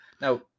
Now